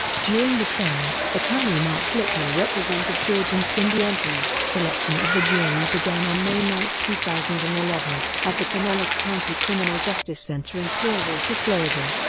during the trial, attorney mark lippman represented george and cindy anthony. selection of the jury began on may nine, two thousand and eleven, at the pinellas county criminal justice center in clearwater, florida,